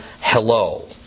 hello